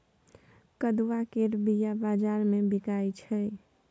कदुआ केर बीया बजार मे बिकाइ छै